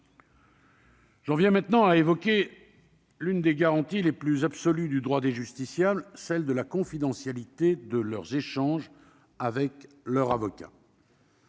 J'en viens maintenant à évoquer l'une des garanties les plus absolues du droit des justiciables, celle de la confidentialité de leurs échanges avec leur avocat.